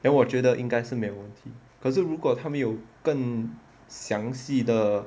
then 我觉得应该是没问题可是如果他们有更详细的